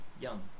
Young